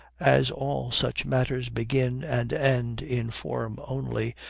as all such matters begin and end in form only,